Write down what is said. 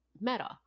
meta